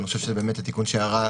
ואני חושב שהתיקון של יערה,